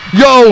yo